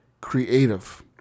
creative